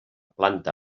planta